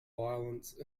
violence